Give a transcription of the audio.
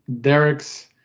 Derek's